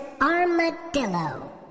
armadillo